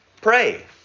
Pray